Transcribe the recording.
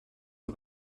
are